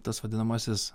tas vadinamasis